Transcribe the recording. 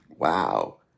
Wow